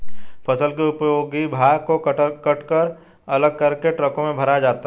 फसल के उपयोगी भाग को कटकर अलग करके ट्रकों में भरा जाता है